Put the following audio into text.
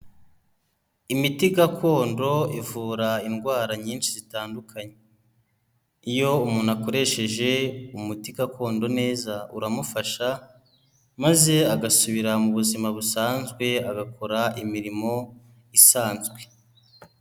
Imiti gakondo ivura indwara nyinshi zitandukanye. Iyo umuntu akoresheje umuti gakondo neza uramufasha maze agasubira mu buzima busanzwe agakora imirimo isanzwe.